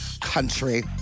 country